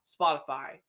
Spotify